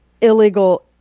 illegal